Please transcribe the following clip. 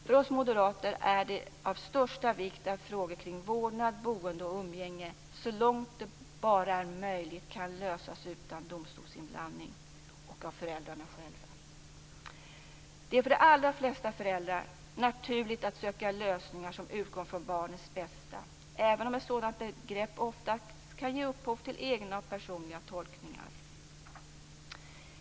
För oss moderater är det av största vikt att frågor kring vårdnad, boende och umgänge så långt det bara är möjligt kan lösas utan domstolsinblandning och av föräldrarna själva. Det är för de allra flesta föräldrar naturligt att söka lösningar som utgår från barnets bästa, även om ett sådant begrepp ofta kan ge upphov till egna och personliga tolkningar.